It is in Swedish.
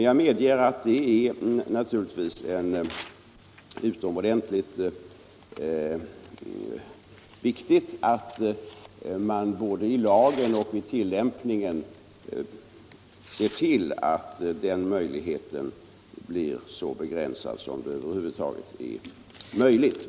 Jag medger emellertid att det naturligtvis är utomordentligt viktigt att man både vid utformningen och vid tillämpningen av lagen ser till att den möj ligheten blir så begränsad som det över huvud taget är möjligt.